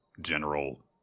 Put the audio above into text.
general